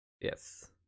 Yes